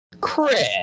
Chris